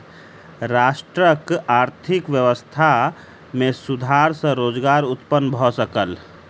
राष्ट्रक आर्थिक व्यवस्था में सुधार सॅ रोजगार उत्पन्न भ सकल